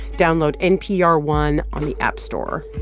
download npr one on the app store.